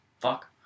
fuck